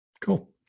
Cool